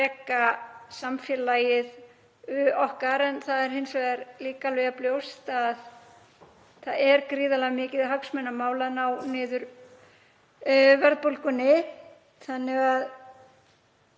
að reka samfélagið okkar. En það er hins vegar líka alveg jafn ljóst að það er gríðarlega mikið hagsmunamál að ná niður verðbólgunni